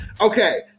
Okay